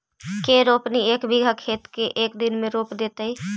के रोपनी एक बिघा खेत के एक दिन में रोप देतै?